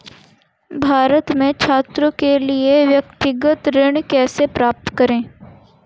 भारत में छात्रों के लिए व्यक्तिगत ऋण कैसे प्राप्त करें?